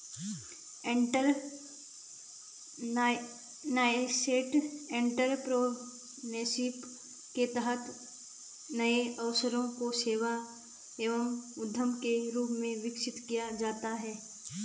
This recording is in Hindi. नासेंट एंटरप्रेन्योरशिप के तहत नए अवसरों को सेवा एवं उद्यम के रूप में विकसित किया जाता है